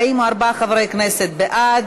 44 חברי כנסת בעד,